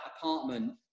apartment